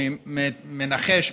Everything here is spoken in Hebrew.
אני מנחש,